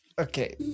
Okay